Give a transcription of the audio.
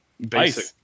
Basic